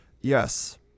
Yes